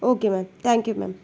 okay ma'am thank you ma'am